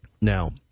Now